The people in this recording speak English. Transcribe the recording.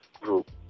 group